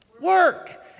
Work